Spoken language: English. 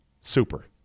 super